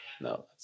No